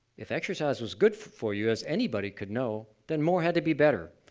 if exercise was good for you as anybody could know, then more had to be better,